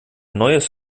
neues